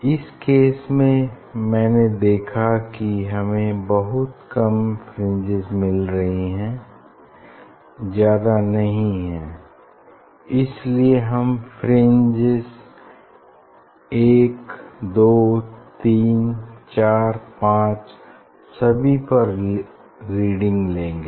इस केस में मैंने देखा कि हमें बहुत कम फ्रिंजेस मिल रही हैं ज्यादा नहीं इस लिए हम फ्रिंज 1 2 3 4 5 सभी पर रीडिंग लेंगे